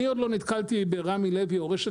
אני עוד לא נתקלתי ברמי לוי או רשת